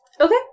Okay